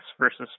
versus